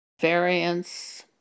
variance